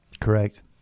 Correct